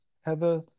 Heather